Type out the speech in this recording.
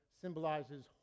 symbolizes